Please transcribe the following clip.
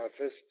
office